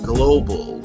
Global